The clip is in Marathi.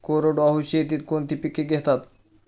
कोरडवाहू शेतीत कोणती पिके घेतात?